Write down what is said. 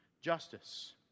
justice